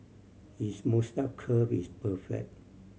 his moustache curl is perfect